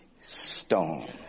stone